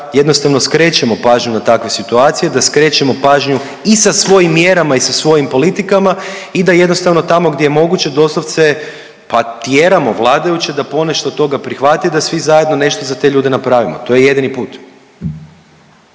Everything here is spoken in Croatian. jednostavno skrećemo pažnju na takve situacije, da skrećemo pažnju i sa svojim mjerama i sa svojim politikama i da jednostavno tamo gdje je moguće doslovce pa tjeramo vladajuće da ponešto od toga prihvati, da svi zajedno nešto za te ljude napravimo. To je jedini put.